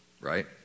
Right